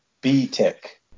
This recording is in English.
B-tech